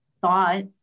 thought